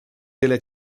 delle